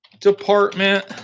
Department